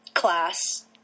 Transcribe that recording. class